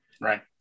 Right